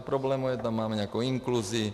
Problémů tam máme, jako inkluzi.